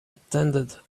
attended